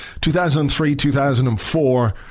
2003-2004